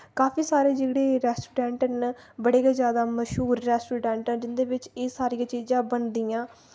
काफी सारे जेह्ड़े रेस्टुडैन्ट न बड़े गै ज्यादा मश्हूर रैस्टोरैंट न जिन्दे बिच एह् सारियां चीजां बनदियां